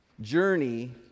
journey